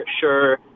sure